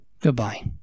Goodbye